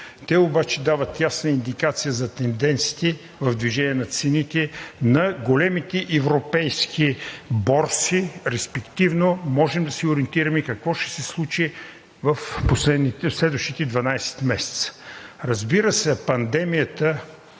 Те обаче дават ясна индикация за тенденциите в движението на цените на големите европейски борси, респективно можем да се ориентираме какво ще се случи в следващите 12 месеца. Разбира се, пандемията